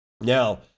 Now